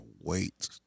wait